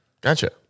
Gotcha